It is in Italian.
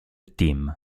team